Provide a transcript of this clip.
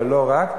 אבל לא רק,